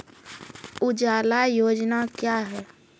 उजाला योजना क्या हैं?